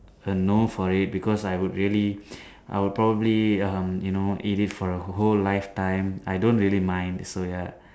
a no for it because I would really I would probably um you know eat it for a whole life time I don't really mind so ya